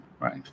right